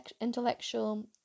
intellectual